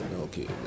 okay